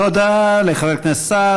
תודה לחבר הכנסת סעד.